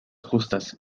justas